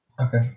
Okay